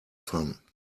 fun